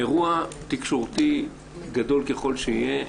אירוע תקשורתי גדול ככל שיהיה,